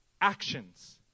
actions